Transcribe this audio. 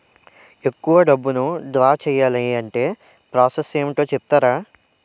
ఎక్కువ డబ్బును ద్రా చేయాలి అంటే ప్రాస సస్ ఏమిటో చెప్తారా?